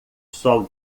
sol